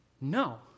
No